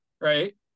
right